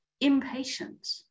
impatient